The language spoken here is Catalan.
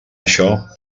això